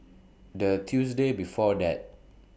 The Tuesday before that